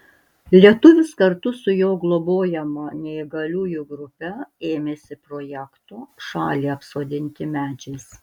lietuvis kartu su jo globojama neįgaliųjų grupe ėmėsi projekto šalį apsodinti medžiais